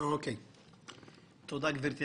תודה, גברתי.